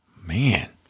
Man